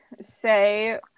say